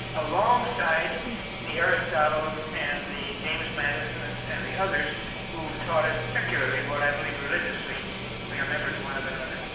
alongside the aristotles and the james madisons and the others who've taught us secularly what i believe religiously, that we are members one of another